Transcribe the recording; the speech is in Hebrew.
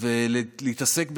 ולהתעסק בסבירות.